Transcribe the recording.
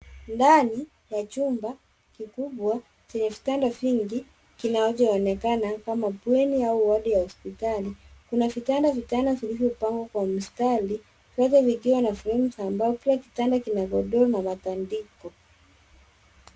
Ndani ya chumba kikubwa chenye vitanda vingi, kinachoonekana kama bweni au wadi ya hospitali. Kuna vitanda vitano vilivyopangwa kwa mstari, vyote vikiwa na fremu za mbao. Kila kitanda kina godoro na matandiko.